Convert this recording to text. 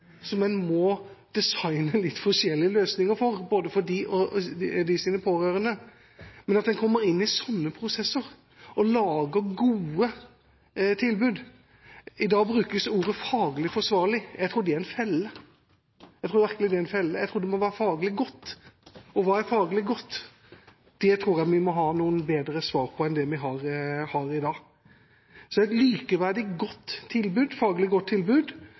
som en må designe litt forskjellige løsninger for – men en må komme inn i sånne prosesser og lage gode tilbud. I dag brukes ordene faglig forsvarlig. Jeg tror det er en felle – jeg tror virkelig det er en felle. Jeg tror det må være faglig godt. Og hva er faglig godt? Det tror jeg vi må ha noen bedre svar på enn det vi har i dag. Det er et likeverdig, faglig godt tilbud